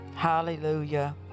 Hallelujah